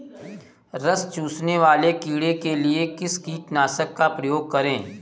रस चूसने वाले कीड़े के लिए किस कीटनाशक का प्रयोग करें?